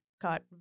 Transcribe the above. got